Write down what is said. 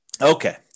Okay